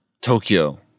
Tokyo